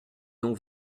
non